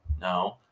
No